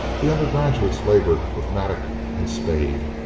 the under graduates labored with mattock and spade,